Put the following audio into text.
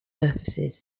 surfaces